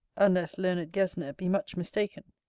unless learned gesner be much mistaken,